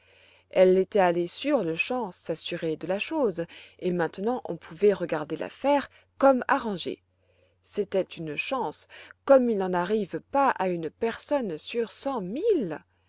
elle était allée sur-le-champ s'assurer de la chose et maintenant on pouvait regarder l'affaire comme arrangée c'était une chance comme il n'en arrive pas à une personne sur